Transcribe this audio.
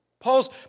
Paul's